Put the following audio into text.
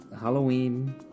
Halloween